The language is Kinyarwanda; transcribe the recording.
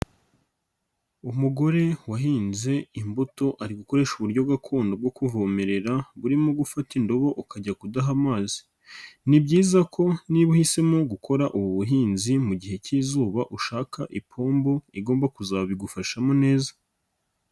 Umugore wahinze imbuto ari gukoresha uburyo gakondo bwo kuvomerera burimo gufata indobo ukajya kudaha amazi, ni byiza ko niba uhisemo gukora ubu buhinzi mu gihe cy'izuba ushaka ipombo igomba kuzabigufashamo neza.